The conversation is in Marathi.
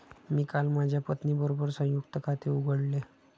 मी काल माझ्या पत्नीबरोबर संयुक्त खाते उघडले